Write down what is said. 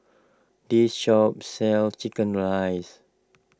this shop sells Chicken Rice